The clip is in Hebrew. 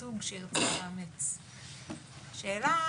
זאת אומרת,